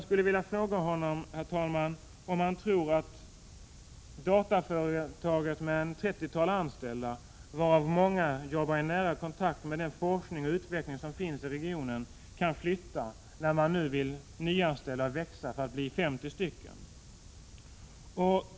Tror industriministern att dataföretaget med ett trettiotal anställda, varav många arbetar i nära kontakt med den forskning och utveckling som finns i området, kan flytta när man vill växa och anställa mer personal för att bli ett företag med 50 anställda?